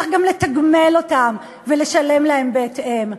צריך גם לתגמל אותן ולשלם להן בהתאם.